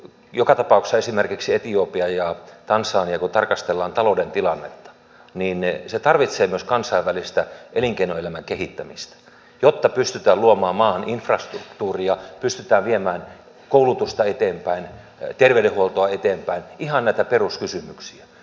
joka tapauksessa esimerkiksi etiopia ja tansania kun tarkastellaan talouden tilannetta tarvitsevat myös kansainvälistä elinkeinoelämän kehittämistä jotta pystytään luomaan maahan infrastruktuuria pystytään viemään koulutusta eteenpäin terveydenhuoltoa eteenpäin ihan näitä peruskysymyksiä